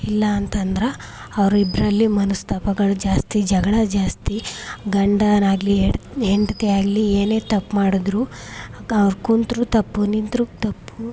ಇಲ್ಲ ಅಂತಂದ್ರೆ ಅವರಿಬ್ರಲ್ಲಿ ಮನಸ್ತಾಪಗಳು ಜಾಸ್ತಿ ಜಗಳ ಜಾಸ್ತಿ ಗಂಡನಾಗಲಿ ಹೆಂಡ್ತಿಯಾಗಲಿ ಏನೇ ತಪ್ಪು ಮಾಡಿದರು ಕುಂತರು ತಪ್ಪು ನಿಂತರು ತಪ್ಪು